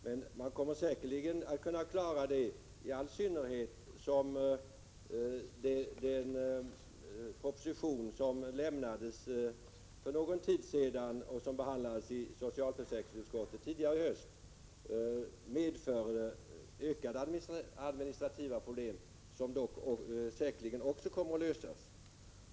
Men man kommer säkerligen att kunna klara det i all synnerhet som den proposition som framlades för någon tid sedan, och som behandlades i socialförsäkringsutskottet tidigare i höst, medförde ökade administrativa problem som dock säkerligen också kommer att lösas.